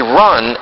run